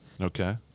okay